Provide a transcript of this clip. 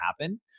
happen